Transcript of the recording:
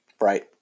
Right